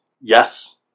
Yes